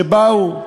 שבאו,